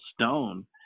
stone